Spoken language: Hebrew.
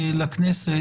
לכנסת,